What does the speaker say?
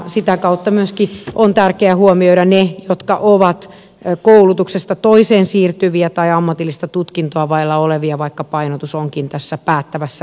sitä kautta myöskin on tärkeää huomioida ne jotka ovat koulutuksesta toiseen siirtyviä tai ammatillista tutkintoa vailla olevia vaikka painotus onkin tässä päättävässä ikäluokassa